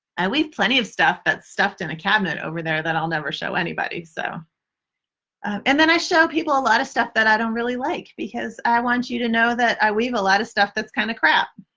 i weave plenty of stuff that is stuffed in a cabinet over there that i'll never show anybody. so and then i show people a lot of stuff that i don't really like because i want you to know that i weave a lot of stuff that is kinda crap.